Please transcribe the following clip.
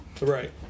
Right